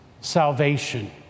salvation